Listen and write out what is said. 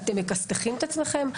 אתם מכסת"חים את עצמיכם?